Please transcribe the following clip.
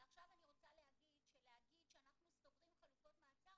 ועכשיו אני רוצה להגיד שלהגיד שאנחנו סוגרים חלופות מעצר,